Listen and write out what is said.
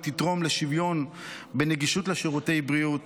תתרום לשוויון בנגישות של שירותי בריאות.